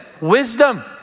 Wisdom